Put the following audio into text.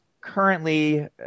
currently